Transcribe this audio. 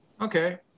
Okay